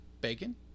bacon